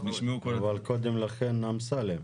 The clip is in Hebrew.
אבל קודם לכן אמסלם.